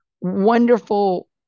wonderful